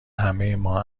همهما